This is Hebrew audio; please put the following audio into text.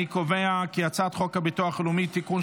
אני קובע כי הצעת חוק הביטוח הלאומי (תיקון,